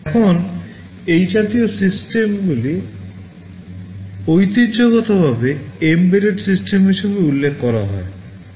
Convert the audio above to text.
এখন এই জাতীয় সিস্টেমগুলি ঐতিহ্যগতভাবে এমবেডেড সিস্টেম হিসাবে উল্লেখ করা হয়